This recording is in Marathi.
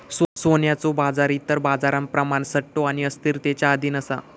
सोन्याचो बाजार इतर बाजारांप्रमाण सट्टो आणि अस्थिरतेच्या अधीन असा